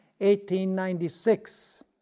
1896